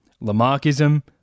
Lamarckism